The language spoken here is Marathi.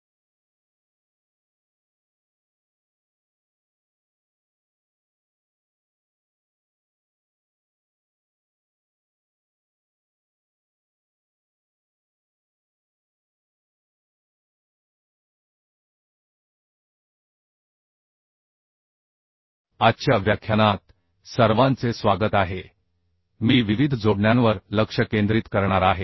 आजच्या व्याख्यानात सर्वांचे स्वागत आहे मी विविध जोडण्यांवर लक्ष केंद्रित करणार आहे